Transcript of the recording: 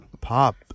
pop